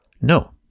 no